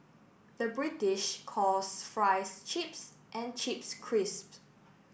the British calls fries chips and chips crisps